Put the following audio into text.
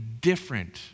different